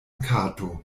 kato